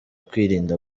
kwirinda